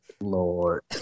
Lord